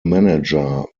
manager